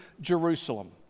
Jerusalem